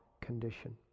condition